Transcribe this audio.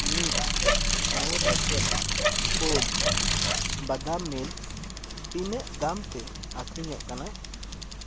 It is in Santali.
ᱱᱤᱛᱚ ᱢᱚᱬᱮ ᱯᱮᱠᱮᱴ ᱠᱳᱞᱥ ᱵᱟᱫᱟᱢ ᱢᱤᱞᱠ ᱛᱤᱱᱟᱹᱜ ᱫᱟᱢᱛᱮ ᱟᱹᱠᱷᱨᱤᱧᱚᱜ ᱠᱟᱱᱟ